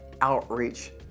outreach